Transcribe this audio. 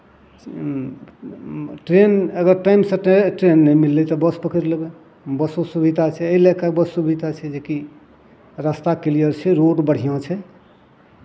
train अगर टाइमसँ ट्रे ट्रेन नहि मिललै तऽ बस पकड़ि लेबै बसो सुविधा छै एहि लए कऽ बस सुविधा छै जेकि रस्ता किलयर छै रोड बढ़िआँ छै